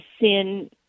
sin